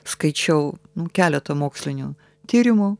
skaičiau keletą mokslinių tyrimų